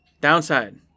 Downside